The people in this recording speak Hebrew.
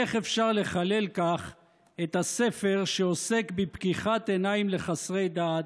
איך אפשר לחלל כך את הספר שעוסק בפקיחת עיניים לחסרי דעת,